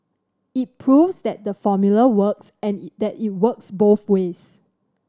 it proves that the formula works and that it works both ways